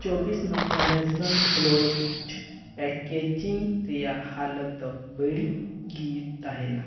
ᱪᱚᱵᱽᱵᱤᱥ ᱢᱟᱛᱨᱟ besan flour packaging ᱨᱮᱭᱟᱜ ᱦᱟᱞᱚᱛᱫᱚ ᱵᱟᱹᱲᱤᱡ ᱜᱮ ᱛᱟᱦᱮᱱᱟ